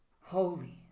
holy